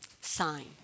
sign